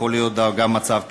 יכול להיות גם מצב כזה,